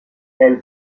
elle